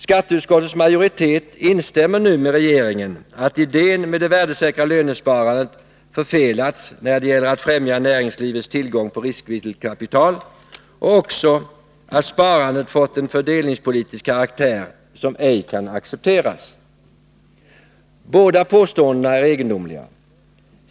Skatteutskottets majoritet instämmer nu med regeringen i att idén med det värdesäkra lönesparandet förfelats när det gäller att främja näringslivets tillgång på riskvilligt kapital och också att sparandet fått en fördelningspolitisk karaktär som ej kan accepteras. Båda påståendena är egendomliga.